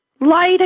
Light